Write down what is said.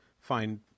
find